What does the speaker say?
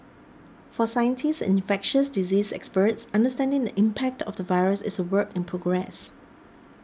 for scientists and infectious diseases experts understanding the impact of the virus is a work in progress